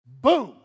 Boom